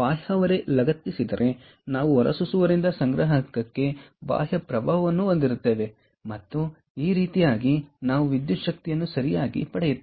ಬಾಹ್ಯ ಹೊರೆ ಲಗತ್ತಿಸಿದರೆ ನಾವು ಹೊರಸೂಸುವವರಿಂದ ಸಂಗ್ರಾಹಕಕ್ಕೆ ಬಾಹ್ಯ ಪ್ರವಾಹವನ್ನು ಹೊಂದಿರುತ್ತೇವೆ ಮತ್ತು ಈ ರೀತಿಯಾಗಿ ನಾವು ವಿದ್ಯುತ್ ಶಕ್ತಿಯನ್ನು ಸರಿಯಾಗಿ ಪಡೆಯುತ್ತೇವೆ